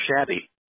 shabby